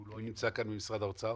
מי נמצא כאן ממשרד האוצר?